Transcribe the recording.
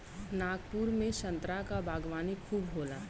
नागपुर में संतरा क बागवानी खूब होला